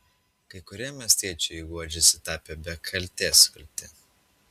kai kurie miestiečiai guodžiasi tapę be kaltės kalti